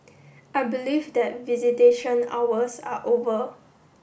I believe that visitation hours are over